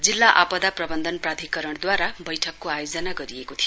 जिल्ला आपदा प्रबन्धन प्राधिकरणद्वारा बैठकको आयोजना गरिएको थियो